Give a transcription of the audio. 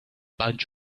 bunch